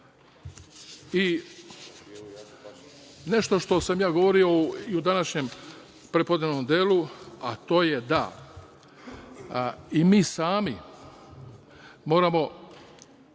što sam ja govorio u današnjem prepodnevom delu, a to je da, i mi sami moramo